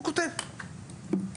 הוא כותב,